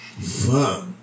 Fuck